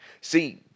See